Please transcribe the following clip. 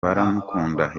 baramukunda